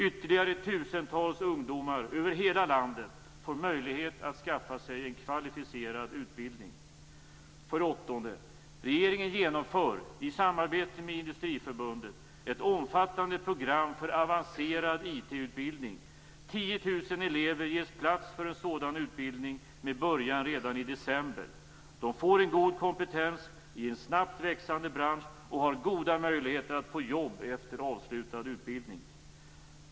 Ytterligare tusentals ungdomar över hela landet får möjlighet att skaffa sig en kvalificerad utbildning. För det åttonde: Regeringen genomför i samarbete med Industriförbundet ett omfattande program för avancerad IT-utbildning. 10 000 elever ges plats på en sådan utbildning med början redan i december. De får en god kompetens i en snabbt växande bransch och har goda möjligheter att få jobb efter avslutad utbildning.